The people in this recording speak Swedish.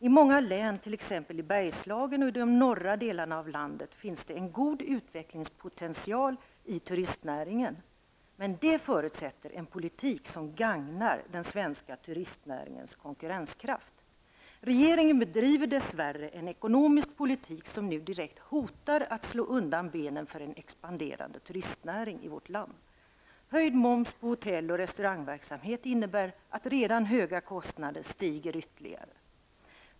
I många län, t.ex. i Bergslagen och i de norra delarna av landet, finns en god utvecklingspotential i turistnäringen. Men det förutsätter en politik som gagnar den svenska turistnäringens konkurrenskraft. Regeringen bedriver dess värre en ekonomisk politik som nu direkt hotar att slå undan benen för en expanderande turistnäring i vårt land. Höjd moms på hotell och restaurangverksamhet innebär att redan höga kostnader stiger ytterligare.